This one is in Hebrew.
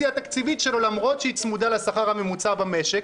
שלמרות שהיא צמודה לשכר הממוצע במשק,